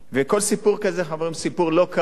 וכל סיפור כזה, חברים, סיפור לא קל.